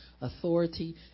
authority